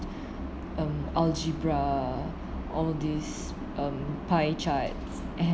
um algebra all these um pie chart